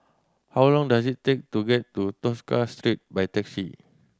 how long does it take to get to Tosca Street by taxi